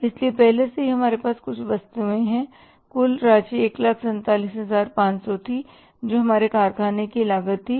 इसलिए पहले से ही हमारे पास कुछ वस्तुएँ हैं कुल राशि 147500 थी जो हमारे कारखाने की लागत थी